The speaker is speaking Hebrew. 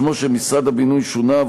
שמו של משרד הבינוי שונה,